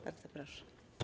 Bardzo proszę.